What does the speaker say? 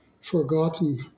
forgotten